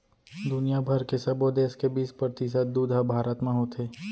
दुनिया भर के सबो देस के बीस परतिसत दूद ह भारत म होथे